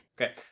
Okay